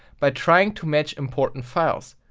by trying to match important files.